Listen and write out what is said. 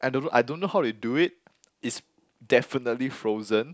I don't know how they do it it's definitely frozen